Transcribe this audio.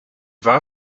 war